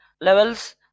levels